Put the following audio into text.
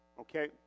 okay